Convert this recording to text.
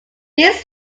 this